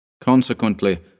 Consequently